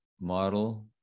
model